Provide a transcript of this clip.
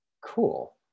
Cool